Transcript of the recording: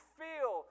feel